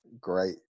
Great